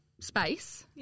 space